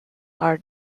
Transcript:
are